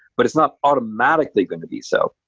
but it's not automatically going to be so.